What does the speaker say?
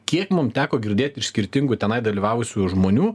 kiek mum teko girdėt iš skirtingų tenai dalyvavusių žmonių